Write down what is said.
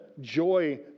joy